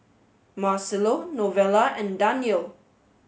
Marcelo Novella and Danyel